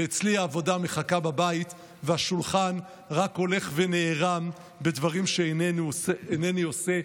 ואצלי העבודה מחכה בבית ועל השולחן רק הולך ונערמים הדברים שאינני עושה.